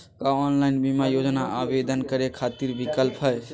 का ऑनलाइन बीमा योजना आवेदन करै खातिर विक्लप हई?